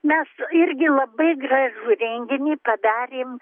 mes irgi labai gražų renginį padarėm